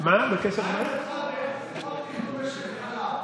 מה עמדתך ביחס לחוק תכנון משק החלב?